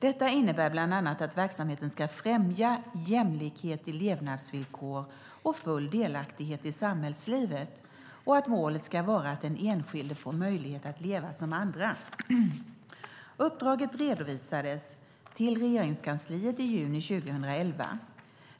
Detta innebär bland annat att verksamheten ska främja jämlikhet i levnadsvillkor och full delaktighet i samhällslivet och att målet ska vara att den enskilde får möjlighet att leva som andra. Uppdraget redovisades till Regeringskansliet i juni 2011.